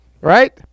Right